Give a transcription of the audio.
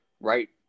right